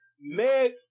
Meg